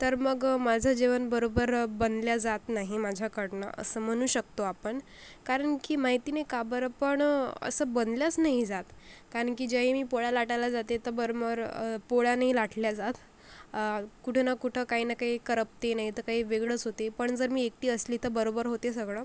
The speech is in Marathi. तर मग माझं जेवण बरोबर बनलं जात नाही माझ्याकडनं असं म्हणू शकतो आपण कारण की माहिती नाही का बरं पण असं बनलंच नाही जात कारण की ज्यावेळी मी पोळ्या लाटायला जाते तर बरोबर पोळ्या नाही लाटल्या जात कुठं न कुठं काही न काही करपते नाही तर काही वेगळंच होते पण जर मी एकटी असली तर बरोबर होते सगळं